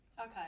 Okay